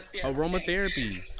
aromatherapy